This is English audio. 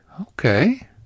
Okay